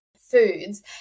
foods